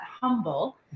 humble